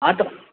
auto